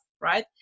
right